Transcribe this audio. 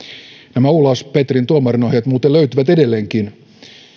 nämä olaus petrin tuomarinohjeet muuten löytyvät edelleenkin